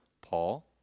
Paul